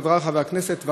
ולחברי חברי הכנסת,